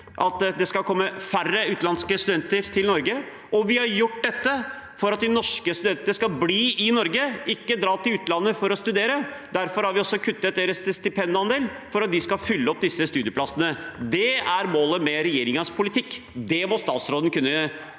at det skal komme færre utenlandske studenter til Norge, at man har gjort dette for at de norske studentene skal bli i Norge og ikke dra til utlandet for å studere, og at man derfor også har kuttet stipendandelen deres, for at de skal fylle opp de studieplassene, at det er målet med regjeringens politikk. Det må statsråden kunne